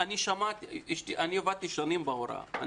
עבדתי שנים בהוראה.